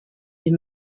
des